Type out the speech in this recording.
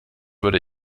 würde